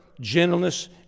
gentleness